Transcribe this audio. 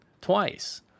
twice